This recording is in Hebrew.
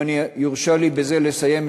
אם יורשה לי בזה לסיים,